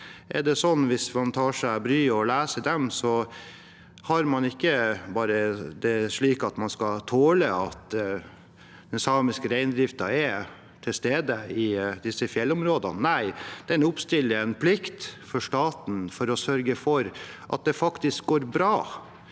forarbeidene, hvis man tar seg bryet med å lese dem, er det ikke bare slik at man skal tåle at den samiske reindriften er til stede i disse fjellområdene – nei, de oppstiller en plikt for staten til å sørge for at det faktisk går bra